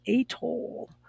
Atoll